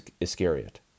Iscariot